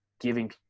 giving